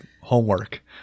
homework